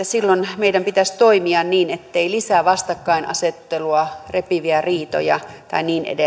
silloin meidän pitäisi toimia niin ettei tulisi lisää vastakkainasettelua repiviä riitoja tai niin